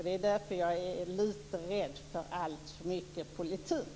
Det är därför jag är litet rädd för alltför mycket politik.